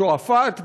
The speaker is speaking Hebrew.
שועפאט.